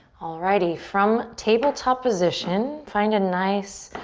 alrighty, from tabletop position find a nice,